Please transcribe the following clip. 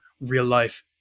real-life